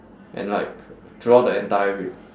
and like throughout the entire week